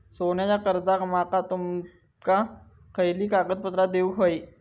सोन्याच्या कर्जाक माका तुमका खयली कागदपत्रा देऊक व्हयी?